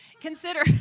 Consider